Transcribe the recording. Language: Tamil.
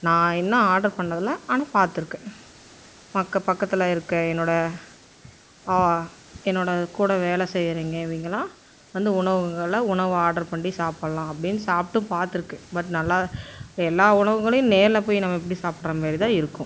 நான் இன்னும் ஆர்டர் பண்ணதில்ல ஆனால் பார்த்துருக்கேன் மக்க பக்கத்தில் இருக்கற என்னோடய ஆ என்னோடய கூட வேலை செய்யறவிங்க இவங்களாம் வந்து உணவகங்களில் உணவு ஆர்ட்ரு பண்ணி சாப்பிட்லாம் அப்படின் சாப்பிட்டும் பார்த்துருக்கு பட் நல்லா எல்லா உணவங்களையும் நேரில் போய் நம்ம எப்படி சாப்பிட்ற மாரிதான் இருக்கும்